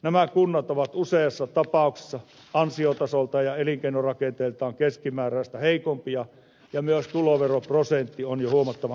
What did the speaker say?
nämä kunnat ovat useassa tapauksessa ansiotasoltaan ja elinkeinorakenteeltaan keskimääräistä heikompia ja myös tuloveroprosentti on jo huomattavan korkea